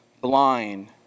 blind